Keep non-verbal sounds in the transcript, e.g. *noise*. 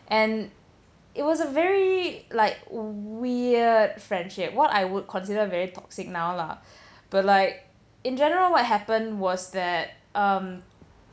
and it was a very like weird friendship what I would consider very toxic now lah *breath* but like in general what happened was that um